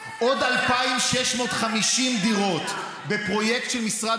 ועוד 2,650 דירות בפרויקט של משרד